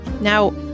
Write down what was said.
Now